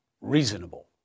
reasonable